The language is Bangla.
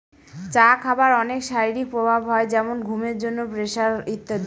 চা খাবার অনেক শারীরিক প্রভাব হয় যেমন ঘুমের জন্য, প্রেসার ইত্যাদি